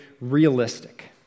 realistic